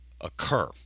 occur